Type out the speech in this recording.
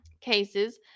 cases